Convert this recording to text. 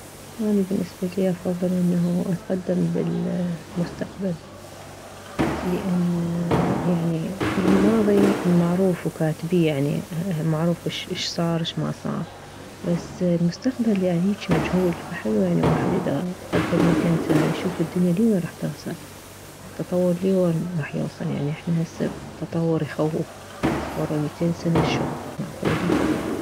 اني بالنسبة الي افضل انه اتقدم بالمستقبل لان يعني الماضي معروف وكاتبيه يعني معروف شصار شما صار بس المستقبل يعني هيجي مجهول فحلو واحد اذا اتقدم ميتين سنة يشوف الدنيا ليوين راح توصل التطور ليوين راح يوصل يعني احنا هسه تطور يخوف ورة ميتين سنة شلون معقولة